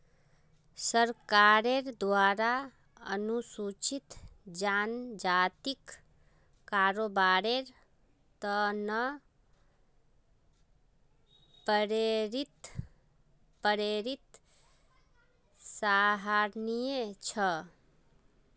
सरकारेर द्वारा अनुसूचित जनजातिक कारोबारेर त न प्रेरित सराहनीय छ